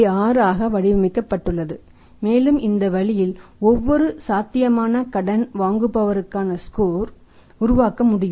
6 ஆக வடிவமைக்கப்பட்டுள்ளது மேலும் இந்த வழியில் ஒவ்வொரு சாத்தியமான கடன் வாங்குபவருக்கான ஸ்கோர் உருவாக்க முடியும்